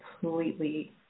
completely